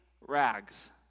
rags